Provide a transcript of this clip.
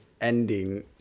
ending